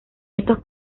estos